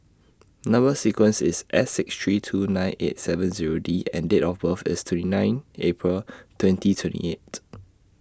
Number sequence IS S six three two nine eight seven Zero D and Date of birth IS twenty nine April twenty twenty eight